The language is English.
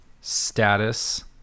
status